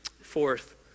Fourth